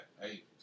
hey